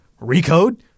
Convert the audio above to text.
recode